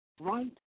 right